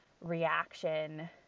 reaction